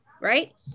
right